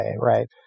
right